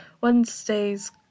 Wednesdays